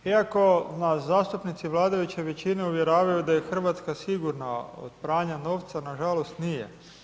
Iako nas zastupnici vladajuće većine uvjeravaju da je Hrvatska sigurna od pranja novca, nažalost nije.